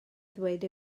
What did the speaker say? ddweud